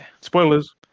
Spoilers